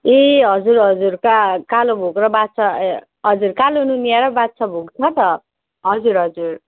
ए हजुर हजुर का कालो भोग र बादशाह ए हजुर कालो नुनिया र बादशाह भोग छ त हजुर हजुर